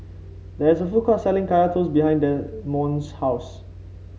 there is a food court selling Kaya Toast behind Demond's house